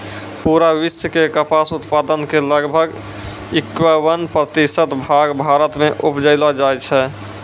पूरा विश्व के कपास उत्पादन के लगभग इक्यावन प्रतिशत भाग भारत मॅ उपजैलो जाय छै